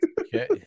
okay